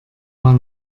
mal